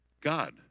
God